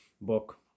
book